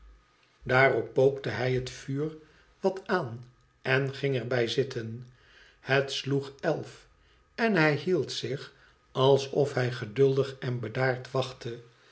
daarop pookte hij het vuur wat aan en ging er bij zitten het sloeg elfen hij hield zich alsof hij geduldig en bedaard wachtte